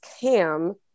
cam